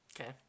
Okay